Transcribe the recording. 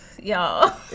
Y'all